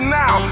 now